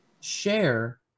Share